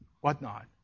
whatnot